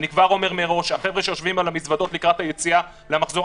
אני כבר אומר מראש החבר'ה שיושבים על המזוודות לקראת היציאה למחזור